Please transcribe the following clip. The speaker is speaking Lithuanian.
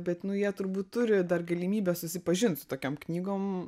bet nu jie turbūt turi dar galimybę susipažint su tokiom knygom